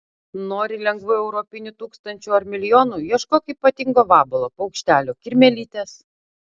nori lengvų europinių tūkstančių ar milijonų ieškok ypatingo vabalo paukštelio kirmėlytės